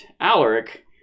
Alaric